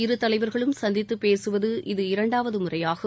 இரு தலைவர்களும் சந்தித்துப் பேசுவது இது இரண்டாம் முறையாகும்